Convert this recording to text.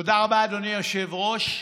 תודה רבה, אדוני היושב-ראש.